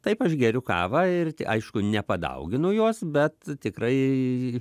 taip aš geriu kavą ir aišku nepadauginu jos bet tikrai